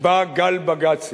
בא גל בג"צים,